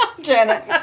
Janet